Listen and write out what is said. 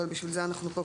אבל בשביל זה אנחנו פה,